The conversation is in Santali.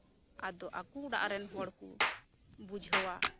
ᱟᱫᱚ ᱟᱠᱚ ᱚᱲᱟᱜᱨᱮᱱ ᱦᱚᱲᱠᱚ ᱵᱩᱡᱷᱟᱹᱣᱟ